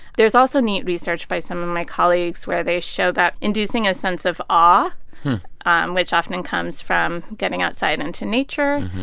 there's also neat research by some of my colleagues where they show that inducing a sense of awe um which often and comes from getting outside into nature,